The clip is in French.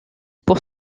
pour